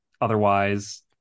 Otherwise